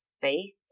faith